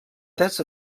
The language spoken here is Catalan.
text